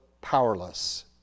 powerless